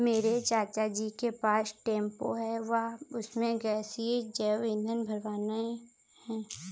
मेरे चाचा जी के पास टेंपो है वह उसमें गैसीय जैव ईंधन भरवाने हैं